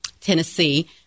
Tennessee